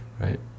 right